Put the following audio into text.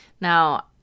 Now